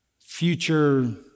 future